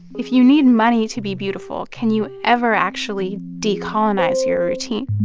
if you need money to be beautiful, can you ever actually decolonize your routine?